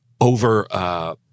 over